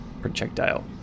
projectile